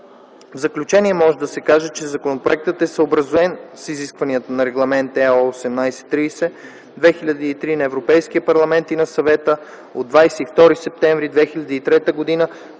В заключение може да се каже, че законопроектът е съобразен с изискванията на Регламент (ЕО) № 1830/2003 на Европейския парламент и на Съвета от 22 септември 2003 г.